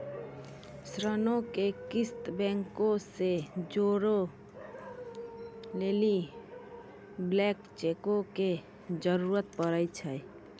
ऋणो के किस्त बैंको से जोड़ै लेली ब्लैंक चेको के जरूरत पड़ै छै